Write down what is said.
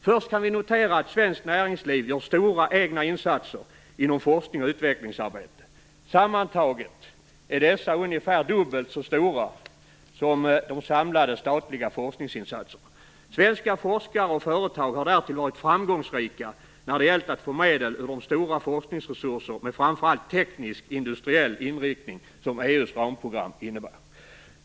Först kan vi notera att svenskt näringsliv gör stora egna insatser inom forskning och utvecklingsarbete. Sammantaget är dessa ungefär dubbelt så stora som de samlade statliga forskningsinsatserna. Svenska forskare och företag har därtill varit framgångsrika när det gällt att få medel ur de stora forskningsresurser med framför allt teknisk-industriell inriktning som EU:s ramprogram innebär.